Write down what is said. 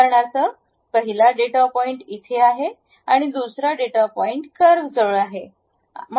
उदाहरणार्थ पहिला data point इथे आहे आणि दुसरा डेटा पॉईंट कर्वजवळ आहे